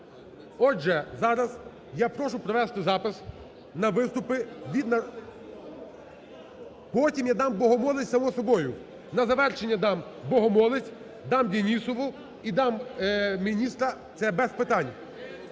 Отже, зараз я прошу провести запис на виступи від… Потім я дам Богомолець само-собою, на завершення дам Богомолець, дам Денісову і дам міністра. Це без питань.